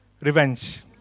revenge